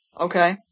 Okay